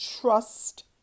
trust